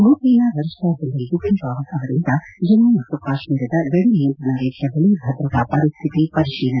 ಭೂಸೇನಾ ವರಿಷ್ಠ ಜನರಲ್ ಬಿಪಿನ್ ರಾವತ್ ಅವರಿಂದ ಜಮ್ಮ ಮತ್ತು ಕಾಶ್ಮೀರದ ಗಡಿ ನಿಯಂತ್ರಣ ರೇಖೆಯ ಬಳಿ ಭದ್ರತಾ ಪರಿಸ್ಥಿತಿ ಪರಿಶೀಲನೆ